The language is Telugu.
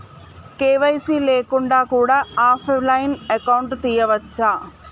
కే.వై.సీ లేకుండా కూడా ఆఫ్ లైన్ అకౌంట్ తీసుకోవచ్చా?